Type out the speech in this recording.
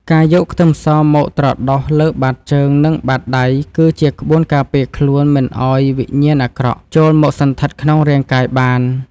ការយកខ្ទឹមសមកត្រដុសលើបាតជើងនិងបាតដៃគឺជាក្បួនការពារខ្លួនមិនឱ្យវិញ្ញាណអាក្រក់ចូលមកសណ្ឋិតក្នុងរាងកាយបាន។